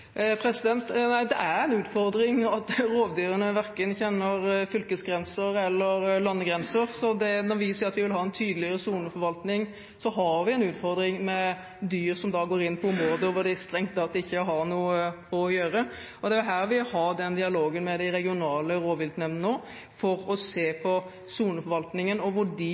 Det er en utfordring at rovdyrene verken kjenner fylkesgrenser eller landegrenser. Når vi sier at vi vil ha en tydeligere soneforvaltning, har vi en utfordring med dyr som går inn på områder hvor de strengt tatt ikke har noe å gjøre. Vi har nå en dialog med de regionale rovviltnemndene for å se på soneforvaltningen, og hvor de